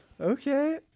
Okay